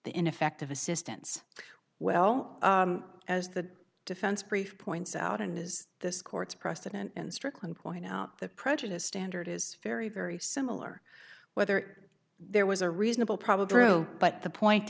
the ineffective assistance well as the defense brief points out and is this court's precedent in strickland pointing out the prejudice standard is very very similar whether there was a reasonable probably true but the point